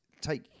take